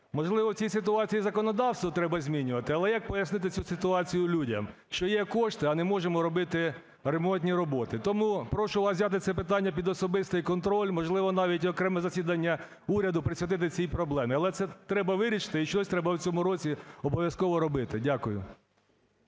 Можливо, в цій ситуації законодавство треба змінювати? Але як пояснити цю ситуацію людям, що є кошти, а не можемо робити ремонтні роботи? Тому прошу вас взяти це питання під особистий контроль, можливо, навіть окреме засідання уряду присвятити цій проблемі. Але це треба вирішити і щось треба в цьому році обов'язково робити. Дякую.